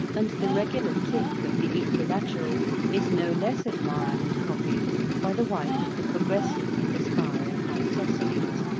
and the regular tick of the equilateral is no less admired and copied by the wife of the progressive and aspiring isosceles,